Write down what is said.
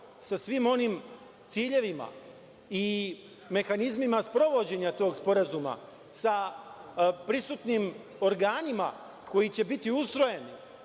sa svim onim ciljevima i mehanizmima sprovođenja tog sporazuma, sa prisutnim organima koji će biti ustrojeni,